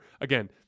again